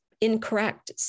incorrect